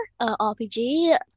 RPG